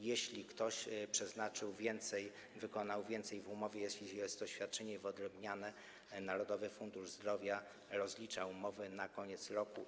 Jeśli ktoś przeznaczył więcej, wykonał więcej w umowie, jeśli to jest świadczenie wyodrębnione, to Narodowy Fundusz Zdrowia rozlicza umowy na koniec roku.